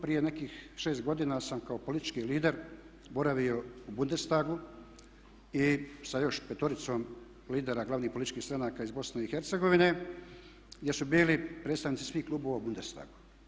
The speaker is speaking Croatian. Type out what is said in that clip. Prije nekih 6 godina sam kao politički lider boravio u Bundestagu i sa još petoricom lidera glavnih političkih stranaka iz Bosne i Hercegovine gdje su bili predstavnici svih klubova u Bundestagu.